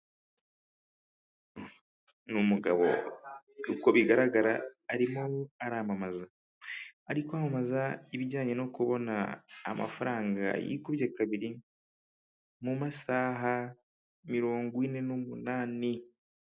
N'umugabo uko bigaragara arimo aramamaza, ari kwamamaza ibijyanye no kubona amafaranga yikubye kabiri mu masaha mirongo ine n'umunani.